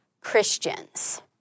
Christians